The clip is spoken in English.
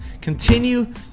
continue